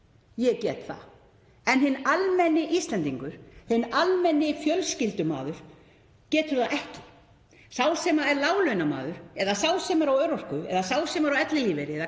Ég get það en hinn almenni Íslendingur, hinn almenni fjölskyldumaður, getur það ekki. Sá sem er láglaunamaður, sá sem er á örorku, sá sem er á ellilífeyri eða